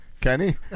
Kenny